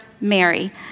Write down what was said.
Mary